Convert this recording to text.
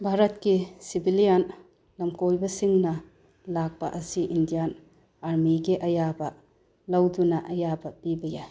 ꯚꯥꯔꯠꯀꯤ ꯁꯤꯕꯤꯂꯤꯌꯥꯟ ꯂꯝꯀꯣꯏꯕꯁꯤꯡꯅ ꯂꯥꯛꯄ ꯑꯁꯤ ꯏꯟꯗꯤꯌꯥꯟ ꯑꯥꯔꯃꯤꯒꯤ ꯑꯌꯥꯕ ꯂꯧꯗꯨꯅ ꯑꯋꯥꯕ ꯄꯤꯕ ꯌꯥꯏ